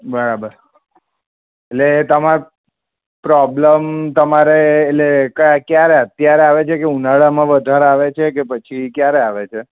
બરાબર એટલે તમાર પ્રોબલેમ તમારે એ એટલે ક્યા ક્યારે અત્યારે આવે છે કે ઉનાળામાં વધારે આવે છે કે પછી ક્યારે આવે છે